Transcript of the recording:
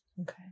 Okay